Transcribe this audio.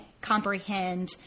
comprehend